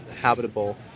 habitable